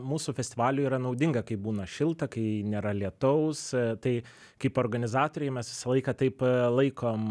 mūsų festivaliui yra naudinga kai būna šilta kai nėra lietaus tai kaip organizatoriai mes visą laiką taip laikom